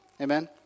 Amen